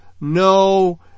no